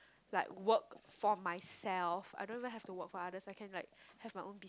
like work for myself I don't even have to for other second like have my own